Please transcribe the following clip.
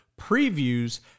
Previews